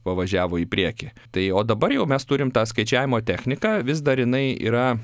pavažiavo į priekį tai o dabar jau mes turim tą skaičiavimo techniką vis dar jinai yra